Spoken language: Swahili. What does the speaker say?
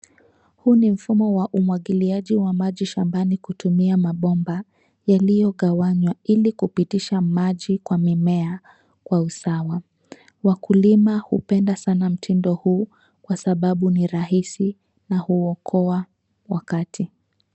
Huu ni mfumo wa umwagiliaji wa maji shambani kutumia mabomba yaliyo gawanywa ili kupitisha maji kwa mimea kwa usawa. Wakulima hupenda sana mtindo huu kwa sababu ni rahisi na huokoa wakati.